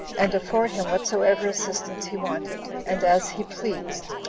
and afford him whatsoever assistance he wanted, and as he pleased.